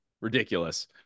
ridiculous